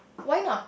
why not